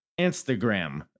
Instagram